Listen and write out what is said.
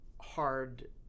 hard